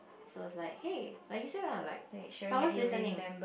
so is like hey are you still around like someone's listening